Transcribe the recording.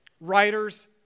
writers